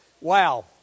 wow